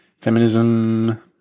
Feminism